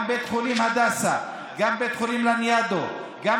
גם בית חולים הדסה, גם בית חולים לניאדו, נכון.